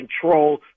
control